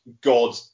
God